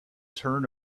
turn